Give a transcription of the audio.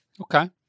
Okay